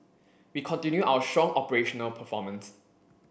we continue our strong operational performance